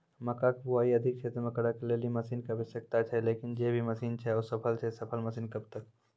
मक्का के बुआई अधिक क्षेत्र मे करे के लेली मसीन के आवश्यकता छैय लेकिन जे भी मसीन छैय असफल छैय सफल मसीन कब तक?